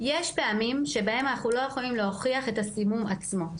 יש פעמים שבהם אנחנו לא יכולים להוכיח את הסימום עצמו,